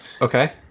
Okay